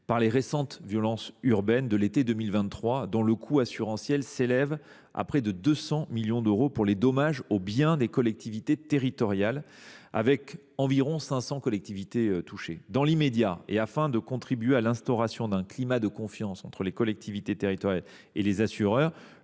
par les récentes violences urbaines de l’été 2023, dont le coût assurantiel s’élève à près de 200 millions d’euros pour les dommages aux biens des collectivités territoriales. Je rappelle qu’environ 500 collectivités ont été touchées. Dans l’immédiat et afin de contribuer à l’instauration d’un climat de confiance entre les collectivités territoriales et les assureurs,